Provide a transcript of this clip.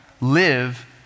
live